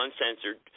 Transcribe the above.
uncensored